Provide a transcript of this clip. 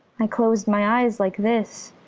i closed my eyes like this,